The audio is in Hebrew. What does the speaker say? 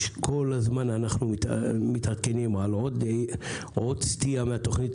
כל הזמן אנחנו מתעדכנים על עוד סטייה מהתוכנית